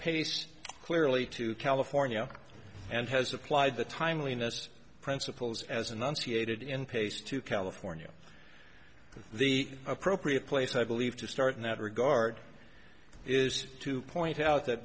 paced clearly to california and has applied the timeliness principles as enunciated in pace to california the appropriate place i believe to start in that regard is to point out that